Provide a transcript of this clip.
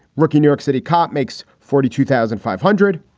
rookie new york city cop makes forty two thousand five hundred.